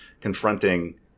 confronting